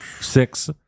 six